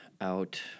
out